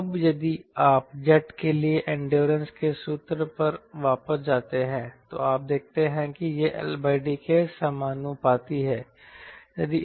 अब यदि आप जेट के लिए एंडोरेंस के सूत्र पर वापस जाते हैं तो आप देखते हैं कि यह L D के समानुपाती है